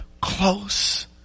close